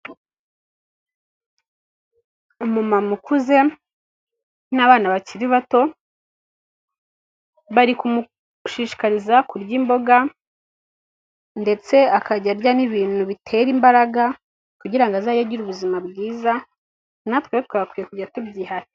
Umu mama ukuze n'abana bakiri bato, bari kumushishiriza kurya imboga ndetse akajya arya n'ibintu bitera imbaraga kugirango age agira ubuzima bwiza, natwe twagakwiye kujya tubyitaho.